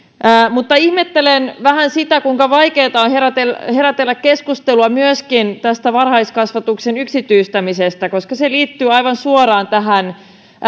mutta ihmettelen vähän sitä kuinka vaikeata on herätellä herätellä keskustelua myöskin tästä varhaiskasvatuksen yksityistämisestä koska se liittyy aivan suoraan tähän